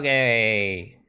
ah a